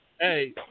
Hey